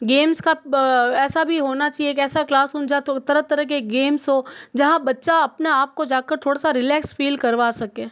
games का ऐसा भी होना चहिए कैसा क्लास समझा तो तरह तरह के गेम्स हो जहाँ बच्चा अपना आपको जा कर थोड़ा सा रिलैक्स फ़ील करवा सके